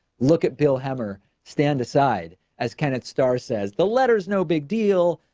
look at bill hemmer, stand aside as kenneth starr says the letters, no big deal.